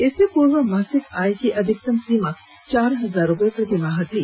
इससे पूर्व मासिक आय की अधिकतम सीमा चार हजार रुपये प्रति माह थी